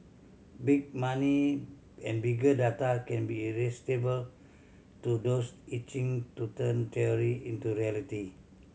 big money and bigger data can be irresistible to those itching to turn theory into reality